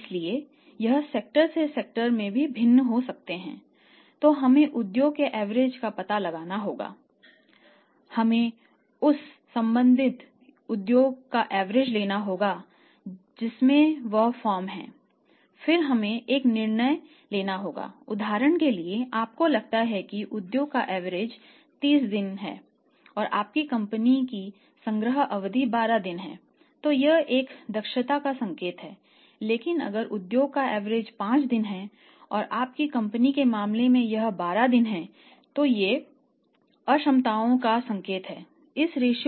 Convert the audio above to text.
इसलिए यह सेक्टर